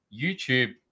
YouTube